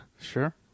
Sure